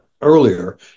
earlier